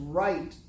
right